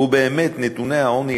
ובאמת נתוני העוני,